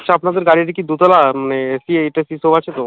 আচ্ছা আপনাদের গাড়িটা কি দু তলা মানে এসি টেসি সব আছে তো